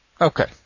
okay